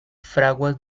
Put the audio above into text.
fraguas